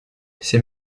ses